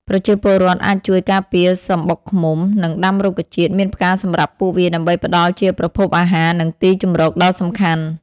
ប្រជាពលរដ្ឋអាចជួយការពារសម្បុកឃ្មុំ និងដាំរុក្ខជាតិមានផ្កាសម្រាប់ពួកវា ដើម្បីផ្ដល់ជាប្រភពអាហារ និងទីជម្រកដ៏សំខាន់។